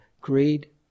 greed